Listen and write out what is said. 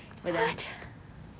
what